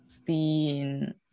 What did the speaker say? seen